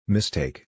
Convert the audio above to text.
Mistake